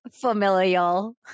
familial